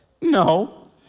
no